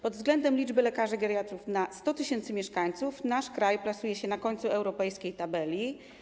Pod względem liczby lekarzy geriatrów na 100 tys. mieszkańców nasz kraj plasuje się na końcu europejskiej tabeli.